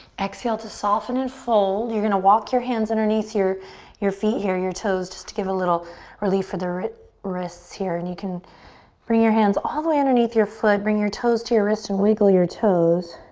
exhale to soften and fold. you're gonna walk your hands underneath your your feet here, your toes just to give a little relief for their wrists wrists here. and you can bring your hands all the way underneath your foot. bring your toes to your wrists and wiggle your toes.